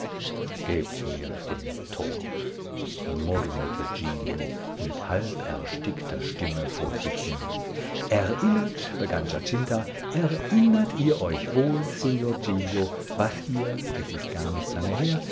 gebt mir den tod murmelte giglio mit halb erstickter stimme vor sich hin erinnert begann giacinta erinnert ihr euch wohl signor giglio was ihr es ist gar nicht lange her